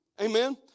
Amen